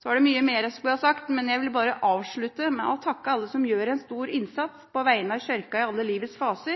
Så var det mye mer jeg skulle sagt, men jeg vil avslutte med å takke alle som gjør en stor innsats på